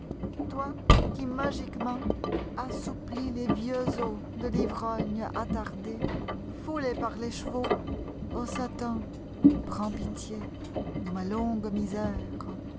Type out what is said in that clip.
toi qui magiquement assouplis les vieux osde l'ivrogne attardé foulé par l'écheveau ô satan prends pitié do ma longue misère